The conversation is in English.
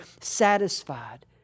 satisfied